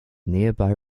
nearby